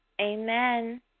Amen